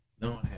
no